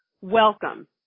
Welcome